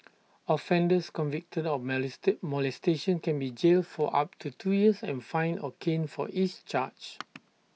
offenders convicted of molestation can be jailed for up to two years and fined or caned for each charge